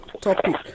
topic